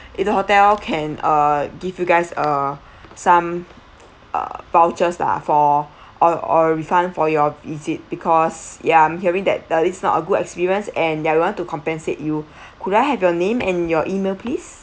in the hotel can uh give you guys uh some uh vouchers lah for or or refund for your visit because ya I'm hearing that there is not a good experience and that we want to compensate you could I have your name and your email please